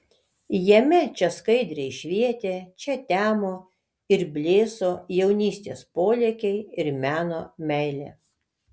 jame čia skaidriai švietė čia temo ir blėso jaunystės polėkiai ir meno meilė